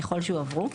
ככל שהועברו,